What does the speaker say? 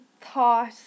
thought